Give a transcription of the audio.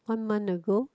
one month ago